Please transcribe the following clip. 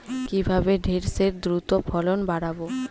কিভাবে ঢেঁড়সের দ্রুত ফলন বাড়াব?